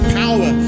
power